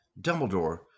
Dumbledore